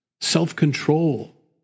Self-control